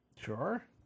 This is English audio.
Sure